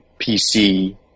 PC